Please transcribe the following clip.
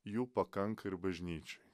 jų pakanka ir bažnyčioj